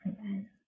Amen